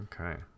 okay